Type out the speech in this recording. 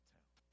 town